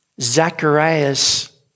Zacharias